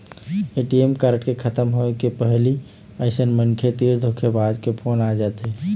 ATM card के खतम होए के पहिली अइसन मनखे तीर धोखेबाज के फोन आ जाथे